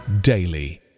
daily